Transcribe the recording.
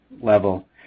level